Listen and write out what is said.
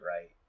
right